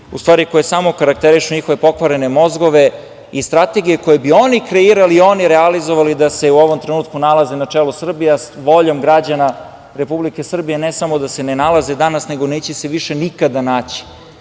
u stvari koje samo karakterišu njihove pokvarene mozgove i strategije koje bi oni kreirali i oni realizovali da se u ovom trenutku nalaze na čelu Srbije, a voljom građana Republike Srbije ne da se ne nalaze danas, nego neće se više nikada naći,